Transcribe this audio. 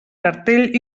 cartell